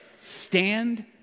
stand